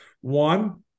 One